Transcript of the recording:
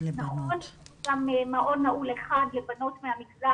גם מעון נעול אחד לבנות מהמגזר הערבי.